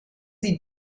sie